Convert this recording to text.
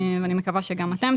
ואני מקווה שגם אתם,